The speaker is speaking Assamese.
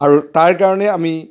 আৰু তাৰ কাৰণে আমি